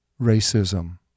racism